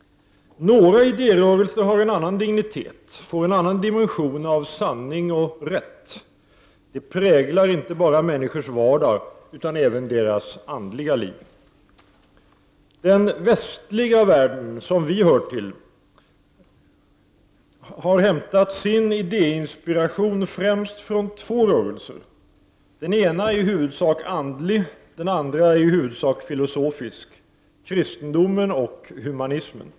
Några idérörelser har en annan dignitet och får en annan dimension av sanning och rätt, de präglar inte bara människors vardag utan även deras andliga liv. Den västliga världen, som vi hör till, har hämtat sin idéinspiration främst från två rörelser, den ena i huvudsak andlig, den andra i huvudsak filosofisk, nämligen kristendomen och humanismen.